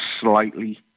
slightly